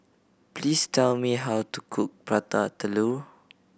please tell me how to cook Prata Telur